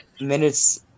minutes